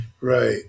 Right